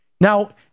Now